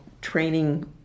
training